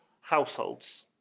households